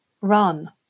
run